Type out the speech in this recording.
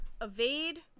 evade